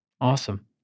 Awesome